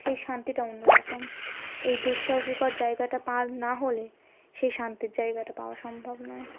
সেই শান্তিটা অন্য রকম এই দুঃসাহসীকর জায়গাটা পার না হলে সেই শান্তির জায়গাটা পাওয়া সম্ভব নয়